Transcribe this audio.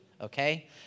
okay